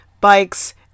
bikes